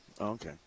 Okay